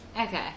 Okay